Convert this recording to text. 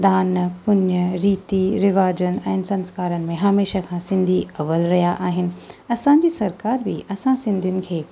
दान पून्य रीती रिवाजनि ऐं संस्कारनि में हमेशह खां सिंधी अवल रहिया आहिनि असांजी सरकार बि असां सिंधीयुनि खे